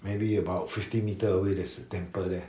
maybe about fifty metres away there's a temple there